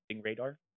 radar